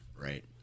Right